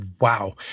wow